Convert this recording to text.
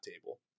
table